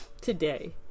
Today